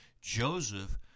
Joseph